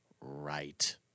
right